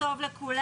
בוקר טוב לכולם.